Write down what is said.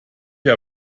hab